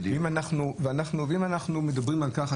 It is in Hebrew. אם אנחנו מדברים על כך,